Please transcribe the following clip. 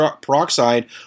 peroxide